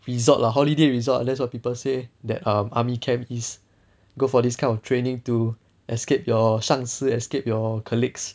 resort lah holiday resort that's what people say that um army camp is good for this kind of training to escape your 上司 escape your colleagues